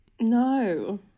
No